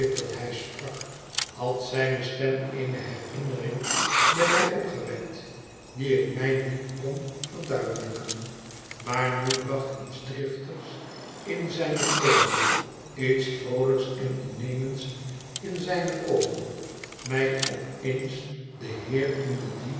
dat hij sprak had zijne stem eene herinnering bij mij opgewekt die ik mij niet kon verduidelijken maar nu bracht iets driftigs in zijne tonen iets vroolijks en innemends in zijne oogen mij op eens den heer in de